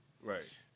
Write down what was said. Right